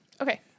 Okay